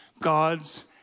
God's